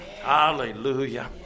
Hallelujah